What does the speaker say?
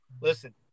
Listen